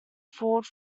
ford